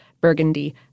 burgundy